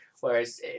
Whereas